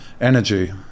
energy